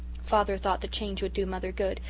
father thought the change would do mother good,